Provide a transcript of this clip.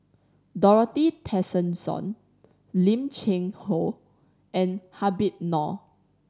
Dorothy Tessensohn Lim Cheng Hoe and Habib Noh